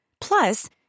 Plus